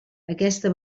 aquesta